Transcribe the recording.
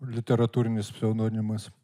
literatūrinis pseudonimas